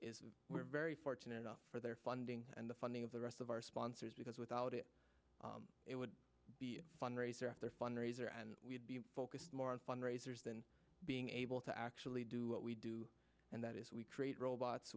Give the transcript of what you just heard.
and we're very fortunate offer their funding and the funding of the rest of our sponsors because without it it would be a fundraiser at their fundraiser and we'd be focused more on fundraisers than being able to actually do what we do and that is we create robots